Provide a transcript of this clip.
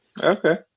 Okay